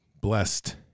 Blessed